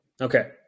Okay